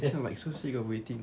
cause I'm like so sick of waiting